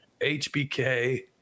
HBK